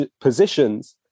positions